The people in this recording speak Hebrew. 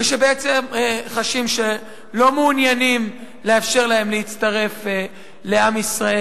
שהם חשים שלא מעוניינים לאפשר להם להצטרף לעם ישראל,